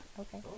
Okay